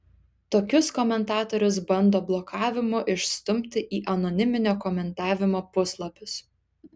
tokius komentatorius bando blokavimu išstumti į anoniminio komentavimo puslapius